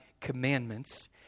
commandments